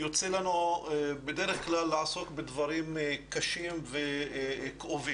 יוצא לנו בדרך כלל לעסוק בדברים קשים וכאובים,